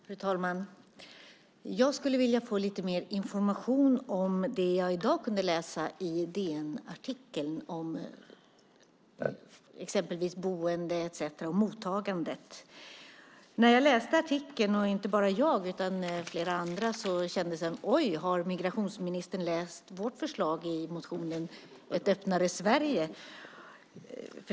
Fru talman! Jag skulle vilja få lite mer information om det jag i dag kunde läsa i DN-artikeln om exempelvis boendet och mottagandet. När jag och flera andra läste artikeln fick vi känslan av att migrationsministern har läst vårt förslag i vår motion om ett öppnare Sverige.